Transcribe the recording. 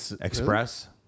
express